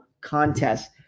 contest